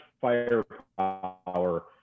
firepower